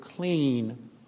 Clean